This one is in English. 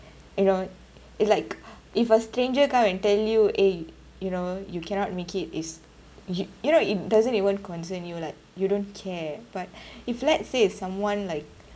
you know it's like if a stranger come and tell you eh you know you cannot make it is you you know it doesn't even concern you like you don't care but if let's say if someone like